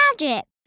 magic